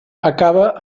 acaba